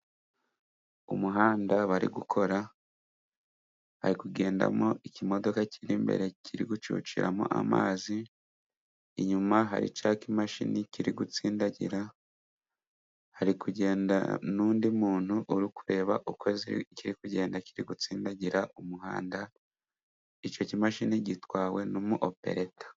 Umuhanda bari gukora hari kugendamo ikimodoka kiri imbere kiri gucuciramo amazi, inyuma hari cya kimashini kiri gutsindagira hari kugenda n'undi muntu uri kureba uko kiri kugenda kiri gutsindagira umuhanda icyo kimashini gitwawe n'umu opereta.